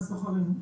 מהסוחרים,